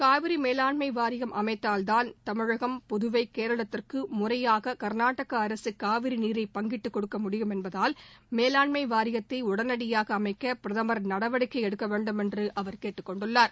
காவிரி மேலாண்மை வாரியம் அமைத்தால்தான் தமிழகம் புதுவை கேரளத்திற்கு முறையாக கா்நாடக அரசு காவிரி நீரை பங்கிட்டு கொடுக்க முடியும் என்பதால் மேலாண்மை வாரியத்தை உடனடியாக அமைக்க பிரதமர் நடவடிக்கை எடுக்க வேண்டும் என்று அவர் கேட்டுக்கொண்டுள்ளார்